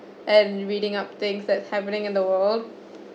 and reading up things that happening in the world